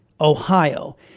Ohio